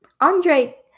Andre